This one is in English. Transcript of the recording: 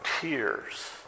tears